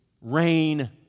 rain